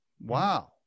Wow